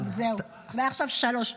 מעכשיו שלוש שניות.